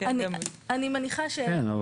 אני מניחה שוועדת הכנסת --- כן,